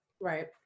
Right